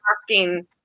asking